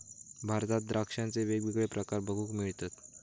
भारतात द्राक्षांचे वेगवेगळे प्रकार बघूक मिळतत